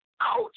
Ouch